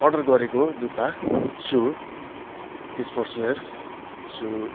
order गरेको जुत्ता shoe sportswear सु